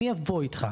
אני אבוא איתך,